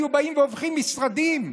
היו באים והופכים משרדים.